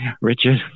Richard